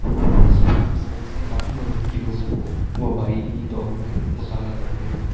تو یہاں سے سائنس نے کافی مدد کی لوگوں کو وبائی دور میں مطالعہ کرنے میں